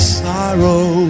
sorrow